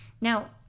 Now